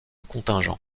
contingent